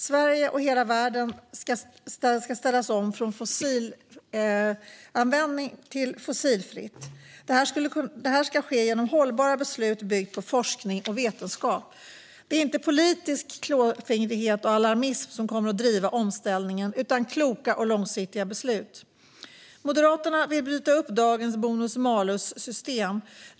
Sverige och hela världen ska ställas om från fossilanvändning till fossilfritt. Det ska ske genom hållbara beslut byggda på forskning och vetenskap. Det är inte politisk klåfingrighet och alarmism som kommer att driva omställningen utan kloka och långsiktiga beslut. Moderaterna vill bryta upp dagens bonus-malus-system.